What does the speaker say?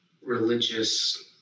Religious